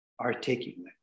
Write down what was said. articulate